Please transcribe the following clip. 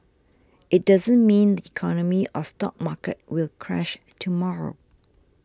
it doesn't mean the economy or stock market will crash tomorrow